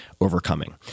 overcoming